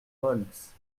volx